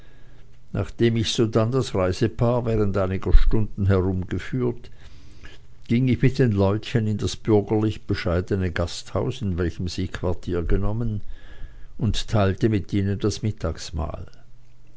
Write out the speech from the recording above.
nachdem ich sodann das reisepaar während einiger stunden herumgeführt ging ich mit den leutchen in das bürgerlich bescheidene gasthaus in welchem sie quartier genommen und teilte mit ihnen das mittagsmahl